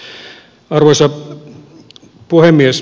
arvoisa puhemies